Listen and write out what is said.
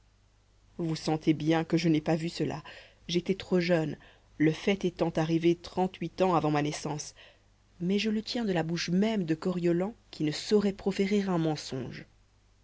vous sentez bien que je n'ai pas vu cela j'étais trop jeune le fait étant arrivé trente-huit ans avant ma naissance mais je le tiens de la bouche même de coriolan qui ne saurait proférer un mensonge